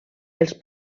els